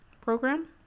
program